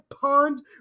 Pond